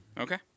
Okay